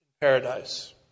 Paradise